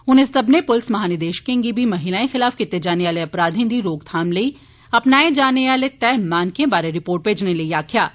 उनें सब्मने पुलिस महानिदेशकें गी बी महिलाएं खलाफ कीते जाने आह्ले अपराधें दी रोकथाम लेई अपनाए जाने आह्ले तैह् मानकें बारै रिपोर्ट भेजने लेई आक्खेआ ऐ